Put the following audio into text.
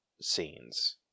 scenes